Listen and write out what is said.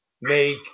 make